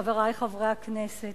חברי חברי הכנסת,